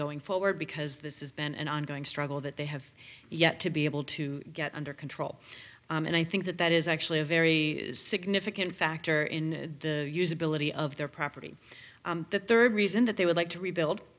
going forward because this is been an ongoing struggle that they have yet to be able to get under control and i think that that is actually a very significant factor in the usability of their property the third reason that they would like to rebuild